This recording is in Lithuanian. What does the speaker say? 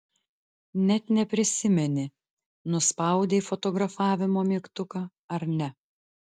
net neprisimeni nuspaudei fotografavimo mygtuką ar ne